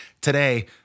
today